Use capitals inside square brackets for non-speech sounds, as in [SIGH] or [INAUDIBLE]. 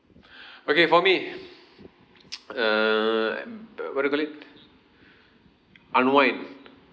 okay for me [NOISE] err m~ what do you call it unwind